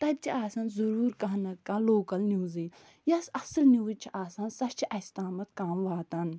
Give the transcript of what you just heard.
تَتہِ چھِ آسان ضُروٗر کانٛہہ نَتہٕ کانٛہہ لوکَل نِوٕزٕے یۄس اَصٕل نِوٕز چھِ آسان سۄ چھےٚ اَسہِ تامَتھ کَم واتان